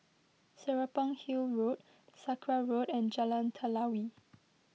Serapong Hill Road Sakra Road and Jalan Telawi